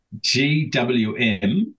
GWM